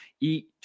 eat